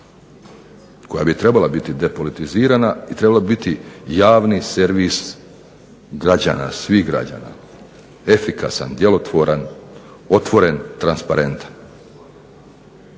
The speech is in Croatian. koja bi trebala biti depolitizirana i trebala bi biti javni servis građana, svih građana. Efikasan, djelotvoran, otvoren, transparentan.